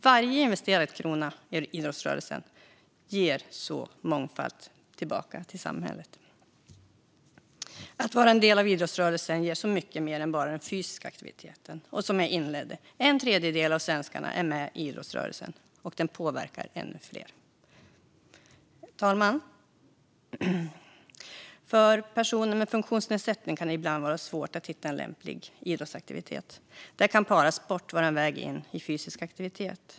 Varje investerad krona i idrottsrörelsen ger mångfalt tillbaka till samhället. Att vara en del av idrottsrörelsen ger mycket mer än bara den fysiska aktiviteten. Som jag inledde med: En tredjedel av svenskarna är med i idrottsrörelsen, och den påverkar ännu fler. Fru talman! För personer med funktionsnedsättning kan det ibland vara svårt att hitta en lämplig idrottsaktivitet. Där kan parasport kan vara en väg in i fysisk aktivitet.